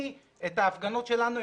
את ההפגנות שלנו,